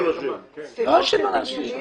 ברור,